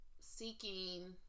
seeking